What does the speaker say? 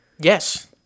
Yes